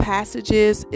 passages